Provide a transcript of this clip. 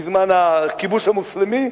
בזמן הכיבוש המוסלמי,